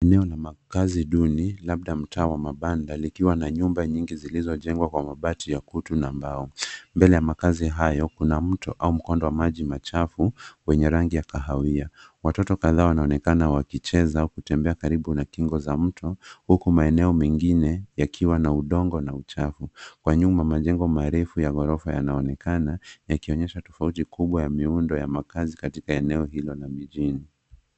Eneo la makazi duni labda mtaa wa mabanda likiwa na nyumba nyingi zilizojengwa kwa mabati ya kutu na mbao. Mbele ya makazi hayo kuna mto au mkondo wa maji machafu wenye rangi ya kahawia. Watoto kadhaa wanaonekana wakicheza au kutembea karibu na kingo za mto huku maeneo mengine yakiwa na udongo na uchafu. Kwa nyuma majengo marefu ya ghorofa yanayoonekana yakionyesha tofauti kubwa ya miundo ya makazi katika eneo hilo la miji.